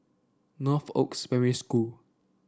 Northoaks Primary School